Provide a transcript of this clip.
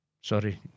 Sorry